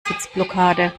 sitzblockade